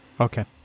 Okay